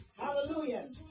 hallelujah